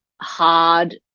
hard